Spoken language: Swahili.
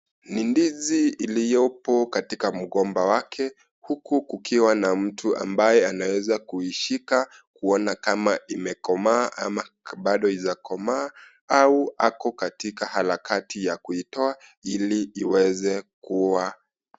Ni ndizi iliyopo katika mgomba wake, huku kukiwa na mtu ambaye anaweza kuishika, kuona kama imekomaa ama bado haijakomaa, au ako katika harakati ya kuitoa, ili iweze kuwa.